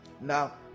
Now